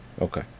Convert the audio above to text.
Okay